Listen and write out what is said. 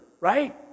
right